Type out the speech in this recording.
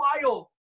wild